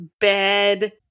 bed